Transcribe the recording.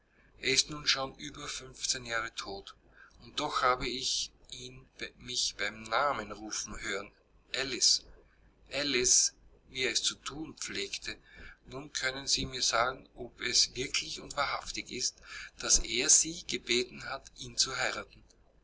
er ist nun schon über fünfzehn jahre tot und doch habe ich ihn mich bei namen rufen hören alice alice wie er es zu thun pflegte nun können sie mir sagen ob es wirklich und wahrhaftig wahr ist daß er sie gebeten hat ihn zu